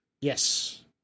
Yes